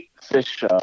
fish